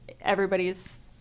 everybody's